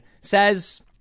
says